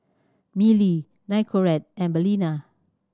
Mili Nicorette and Balina